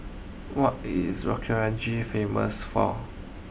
what is famous for